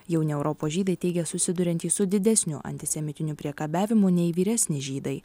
jauni europos žydai teigia susiduriantys su didesniu antisemitiniu priekabiavimu nei vyresni žydai